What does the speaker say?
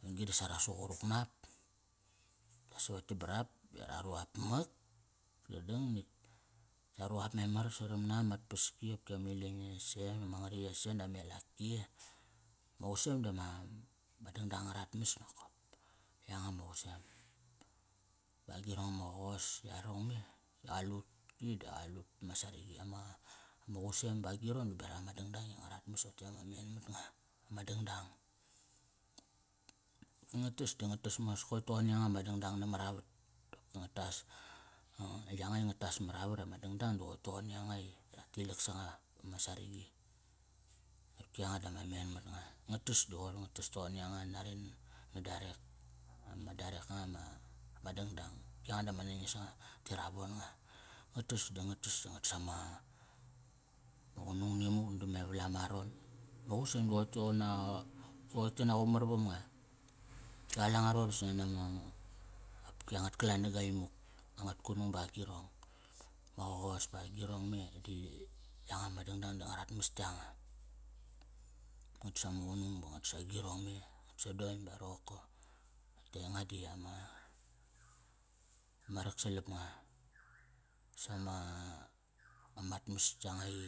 Ngiun gri sa ra suqurup na ap. Ta savotkiam barap, ve ra ru ap mak. Dadang natk ta ru ap memar saramna, mat paski, opki ami ilengesem, ma ngariyesem da melaki. Ma qusem dama, ma dangdang anga rat mas nokop. Yanga ma qusem, ba agirong ama qos, yarong me. Da qalut, yi di qalut pama saragi. Ama, ma qusem ba agirong di berak ama dangdang i angarat mas rote ama men mat nga ma dangdang. Nga tas di nga tas mos koi toqon ni yanga ma dangdang na maravat. Nga tas, yanga i nga tas maravat ama dangdang di qoi toqon vama saragi. Qopki yanga di ama men mat nga. Nga tas di qoir nga tas to qon ni yanga nare na darek. Ama darek nga ma dangdang. Qopki yanga dama nangis nga. Te ra von nga. Nga tas di ngo tas, di nga tas ama, ma qunung nimuk nada me valam aron. Ma qusem di qo toqon a, qoi ti na qumar vam nga. Ki qale nga roqori sanani na, opki angut kalanaga imuk. Angat kunung ba agirong, ma qos pa agirong me di yanga ma dangdang di anga rat mas yanga. Nga tas ama qunung ba nga tas agirong me. Angat sodoing ba roqorko. Rote yanga di ama, ma raksalap nga sama, amat mas yanga i,